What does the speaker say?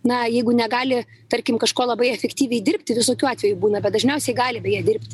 na jeigu negali tarkim kažko labai efektyviai dirbti visokių atvejų būna bet dažniausiai gali beje dirbt